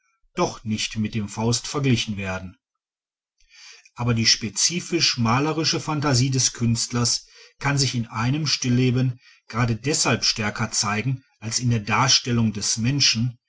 doch nicht mit dem faust verglichen werden aber die spezifisch malerische phantasie des künstlers kann sich in einem stilleben gerade deshalb stärker zeigen als in der darstellung des menschen